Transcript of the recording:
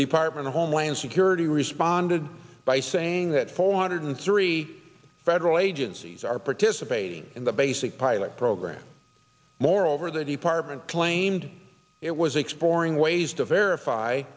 department of homeland security responded by saying that four hundred three federal agencies are participating in the basic pilot program moreover the department claimed it was exploring ways to verify